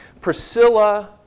Priscilla